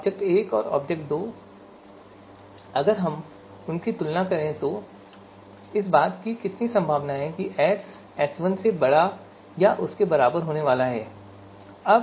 अब अगर हम उनकी तुलना करें तो इस बात की कितनी संभावना होगी कि S2 S1 से बड़ा या उसके बराबर होने वाला है